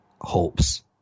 hopes